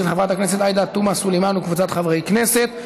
של חברת הכנסת עאידה תומא סלימאן וקבוצת חברי הכנסת.